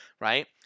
right